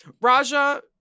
Raja